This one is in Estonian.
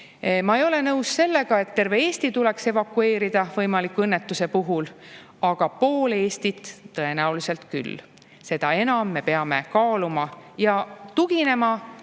Ma ei ole nõus sellega, et terve Eesti tuleks võimaliku õnnetuse puhul evakueerida, aga pool Eestit tõenäoliselt küll. Seda enam me peame kaaluma ja tuginema